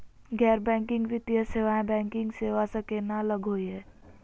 गैर बैंकिंग वित्तीय सेवाएं, बैंकिंग सेवा स केना अलग होई हे?